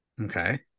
Okay